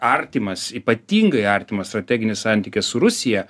artimas ypatingai artimas strateginis santykis su rusija